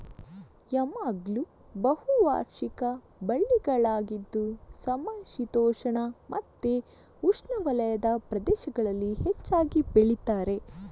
ಯಾಮ್ಗಳು ಬಹು ವಾರ್ಷಿಕ ಬಳ್ಳಿಗಳಾಗಿದ್ದು ಸಮಶೀತೋಷ್ಣ ಮತ್ತೆ ಉಷ್ಣವಲಯದ ಪ್ರದೇಶಗಳಲ್ಲಿ ಹೆಚ್ಚಾಗಿ ಬೆಳೀತಾರೆ